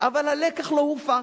אבל הלקח לא הופק,